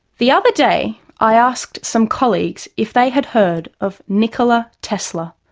the other day i asked some colleagues if they had heard of nikola tesla.